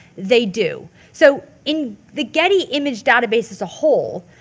they do. so in the getty image database as a whole,